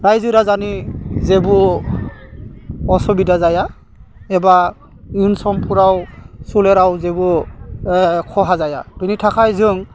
रायजो राजानि जेबो असुबिदा जाया एबा इयुन समफ्राव सोलेराव जेबो खहा जाया बेनि थाखाय जों